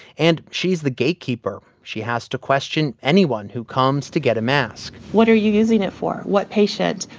and she's the gatekeeper. she has to question anyone who comes to get a mask what are you using it for? what patient?